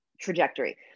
trajectory